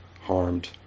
harmed